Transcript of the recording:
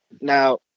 Now